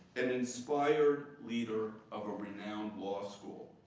an inspired leader of a renounced law school.